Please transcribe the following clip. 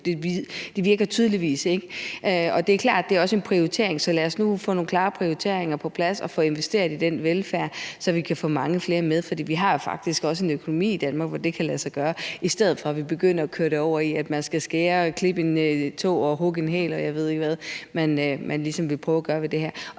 det er klart, at det også er en prioritering. Så lad os nu få nogle klare prioriteringer på plads og få investeret i den velfærd, så vi kan få mange flere med. For vi har jo faktisk også en økonomi i Danmark, hvor det kan lade sig gøre – i stedet for at vi begynder at dreje det hen imod, at man skal skære en tå og hugge en hæl og jeg ved ikke hvad, man ligesom vil prøve at gøre ved det her.